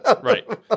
right